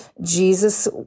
Jesus